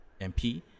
MP